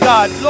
God